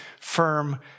firm